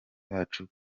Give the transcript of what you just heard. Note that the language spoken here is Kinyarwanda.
bacu